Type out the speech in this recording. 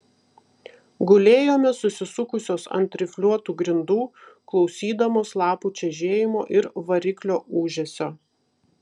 gulėjome susisukusios ant rifliuotų grindų klausydamos lapų čežėjimo ir variklio ūžesio